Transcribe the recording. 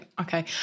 Okay